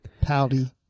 Pouty